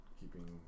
keeping